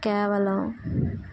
కేవలం